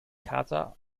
kater